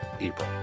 April